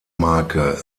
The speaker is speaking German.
marke